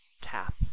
tap